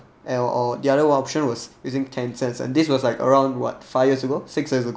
and or the other option was using ten cents and this was like around what five years ago six years ago